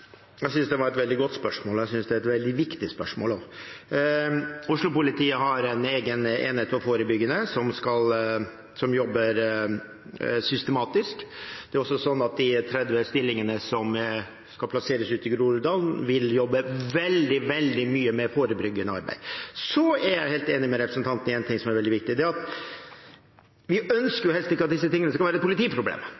Jeg synes det var et veldig godt spørsmål, og jeg synes det er et veldig viktig spørsmål. Oslo-politiet har en egen forebyggende enhet som jobber systematisk. Det er også sånn at de 30 stillingene som skal plasseres ut i Groruddalen, vil jobbe veldig, veldig mye med forebyggende arbeid. Så er jeg helt enig med representanten i én ting som er veldig viktig. Det er at vi helst ikke ønsker